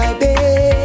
baby